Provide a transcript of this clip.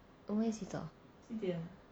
我们一起走